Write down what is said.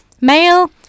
male